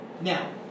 Now